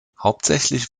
hauptsächlich